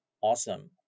awesome